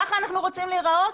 ככה אנחנו רוצים להראות?